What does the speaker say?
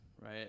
right